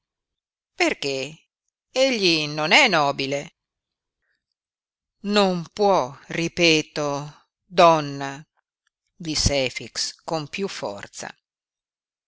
perché egli non è nobile non può ripeto donna disse efix con piú forza